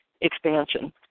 expansion